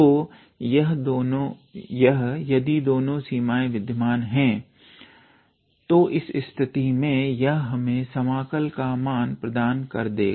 तो यह यदि दोनों सीमाएं विद्यमान है तो इस स्थिति में यह हमें समाकल का मान प्रदान कर देगा